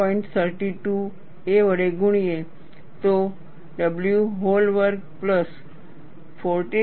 32 a વડે ગુણીએ તો w હૉલ વર્ગ પ્લસ 14